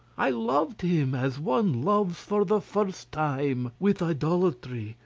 i loved him as one loves for the first time with idolatry,